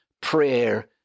prayer